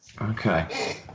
Okay